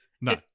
No